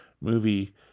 movie